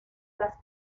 las